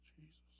Jesus